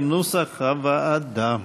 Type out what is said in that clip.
כנוסח הוועדה.